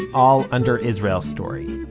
all under israel story.